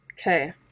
Okay